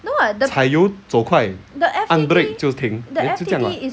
采油走快按 break 就停就这样 [what]